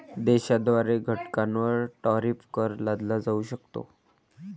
देशाद्वारे घटकांवर टॅरिफ कर लादला जाऊ शकतो